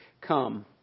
come